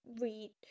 read